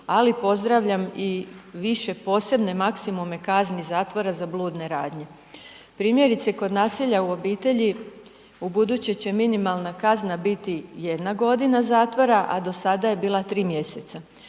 ali pozdravljam i više posebne maksimume kazni zatvora za bludne radnje. Primjerice kod nasilja u obitelji u budući će minimalna kazna biti 1 g. zatvora a do sada je bila 3 mjeseca.